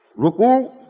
ruku